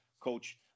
coach